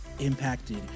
Impacted